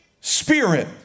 Spirit